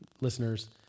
listeners